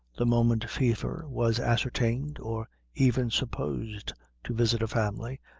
the moment fever was ascertained, or even supposed to visit a family,